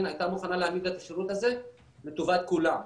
הייתה מוכנה להעמיד את השירות הזה לטובת כולם.